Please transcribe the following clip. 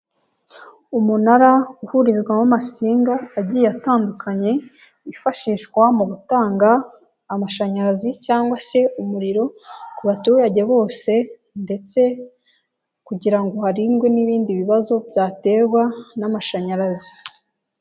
Umunara uhurizwamo amasinga yagiye atandukanye, yifashishwa mu gutanga amashanyarazi cyangwa se umuriro ku baturage bose ndetse kugira ngo harindwe n'ibindi bibazo byaterwa n'amashanyarazi.